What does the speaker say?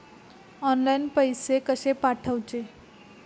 Online पैसे कशे पाठवचे?